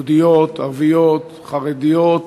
יהודיות, ערביות, חרדיות,